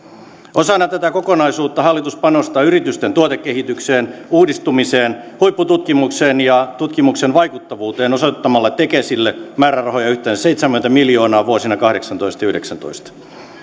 osana tätä kokonaisuutta hallitus panostaa yritysten tuotekehitykseen uudistumiseen huippututkimukseen ja tutkimuksen vaikuttavuuteen osoittamalla tekesille määrärahoja yhteensä seitsemänkymmentä miljoonaa vuosina kahdeksantoista ja yhdeksäntoista